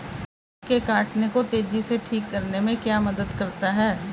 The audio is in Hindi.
बग के काटने को तेजी से ठीक करने में क्या मदद करता है?